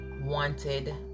wanted